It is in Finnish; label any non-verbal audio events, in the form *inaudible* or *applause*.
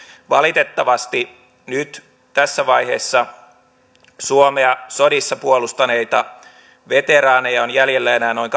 valitettavasti nyt tässä vaiheessa suomea sodissa puolustaneita veteraaneja on jäljellä enää noin *unintelligible*